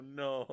no